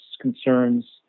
concerns